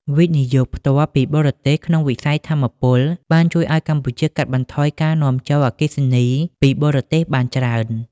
វិនិយោគផ្ទាល់ពីបរទេស ក្នុងវិស័យថាមពល បានជួយឱ្យកម្ពុជាកាត់បន្ថយការនាំចូលអគ្គិសនីពីបរទេសបានច្រើន។